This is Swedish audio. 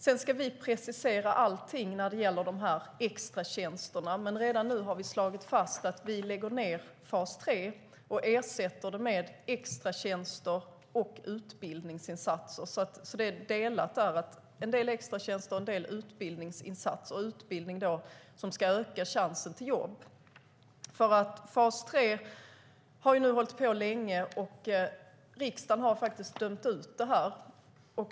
Sedan ska vi precisera allting när det gäller extratjänsterna, men redan nu har vi slagit fast att vi lägger ned fas 3 och ersätter det med extratjänster och utbildningsinsatser. Det är delat: en del extratjänster och en del utbildningsinsatser. Det är utbildning som ska öka chansen till jobb. Fas 3 har hållit på länge, och riksdagen har dömt ut det.